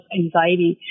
anxiety